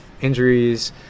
injuries